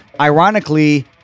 Ironically